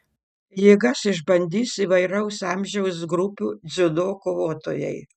jėgas išbandys įvairaus amžiaus grupių dziudo kovotojai